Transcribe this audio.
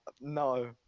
no